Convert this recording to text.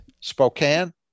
Spokane